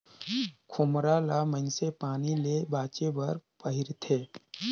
खोम्हरा ल मइनसे पानी ले बाचे बर पहिरथे